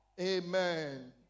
Amen